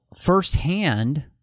firsthand